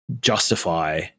justify